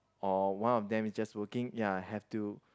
or one of them is just working ya have to